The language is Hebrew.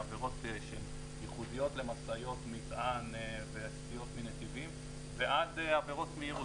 עבירות ייחודיות למשאיות מטען וסטיות מנתיבים ועד עבירות מהירות.